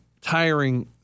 tiring